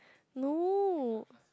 no